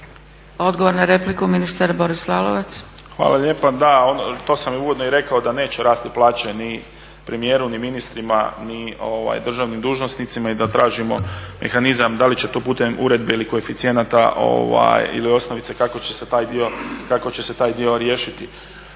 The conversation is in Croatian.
Odgovor na repliku, ministar Boris Lalovac. **Lalovac, Boris (SDP)** Hvala lijepa. Da, to sam uvodno i rekao da neće rasti plaće ni premijeru ni ministrima ni državnim dužnosnicima i da tražimo mehanizam da li će to putem uredbe ili koeficijenata ili osnovice kako će se taj dio riješiti.